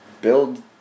build